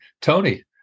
Tony